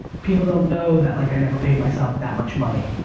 people don't know that like, i never paid myself that much money,